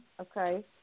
okay